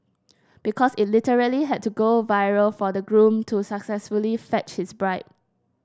because it literally had to go viral for the groom to successfully fetch his bride